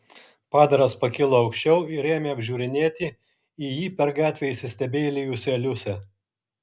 padaras pakilo aukščiau ir ėmė apžiūrinėti į jį per gatvę įsistebeilijusią liusę